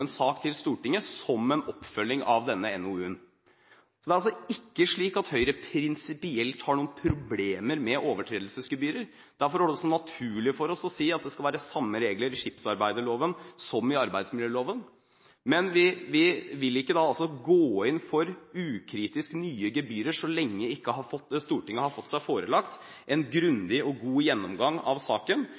en sak til Stortinget, som en oppfølging av denne NOU-en. Høyre har ikke prinsipielt noen problemer med overtredelsesgebyrer. Derfor er det også naturlig for oss å si at det skal være de samme reglene i skipsarbeidsloven som i arbeidsmiljøloven. Men vi vil ikke ukritisk gå inn for nye gebyrer så lenge Stortinget ikke har fått seg forelagt en grundig og god gjennomgang av saken,